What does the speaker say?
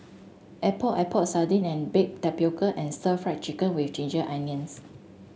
Epok Epok Sardin and bake tapioca and Stir Fried Chicken with Ginger Onions